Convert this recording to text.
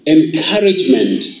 encouragement